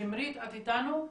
שמרית, את איתנו?